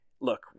look